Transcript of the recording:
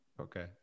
Okay